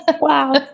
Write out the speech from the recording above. wow